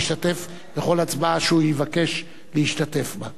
להשתתף בכל הצבעה שהוא יבקש להשתתף בה.